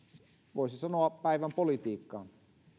voisi sanoa päivän politiikkaan